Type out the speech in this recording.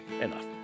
enough